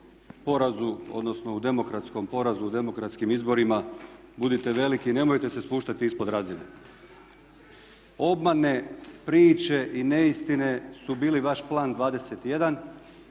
porazu, odnosno u demokratskom porazu, u demokratskim izborima budite veliki i nemojte se spuštati ispod razine. Obmane, priče i neistine su bili vaš Plan 21